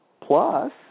Plus